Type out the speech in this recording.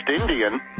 Indian